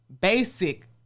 basic